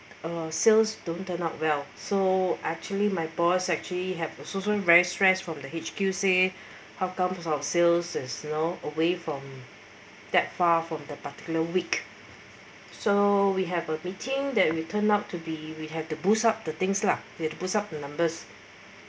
uh sales don't turn out well so actually my boss actually actually have also very stress from the H_Q say how come our sales as you know away from that far from the particular week so we have a meeting that we turned out to be we have to boost up the things lah we have to boost up the numbers